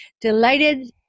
Delighted